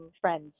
friends